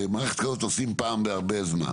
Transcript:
הרי מערכת כזאת עושים פעם בהרבה זמן